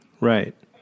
right